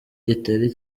kitari